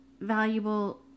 valuable